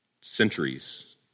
centuries